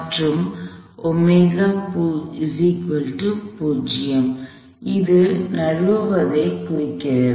மற்றும் அது நழுவுவதைக் குறிக்கிறது